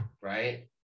right